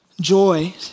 Joy